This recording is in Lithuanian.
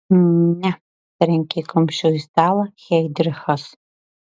ne trenkė kumščiu į stalą heidrichas